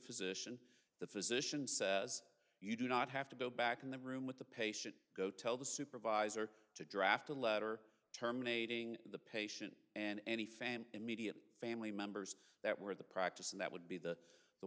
physician the physician says you do not have to go back in the room with the patient go tell the supervisor to draft a letter terminating the patient and any family immediate family members that were at the practice and that would be the the